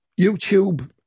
YouTube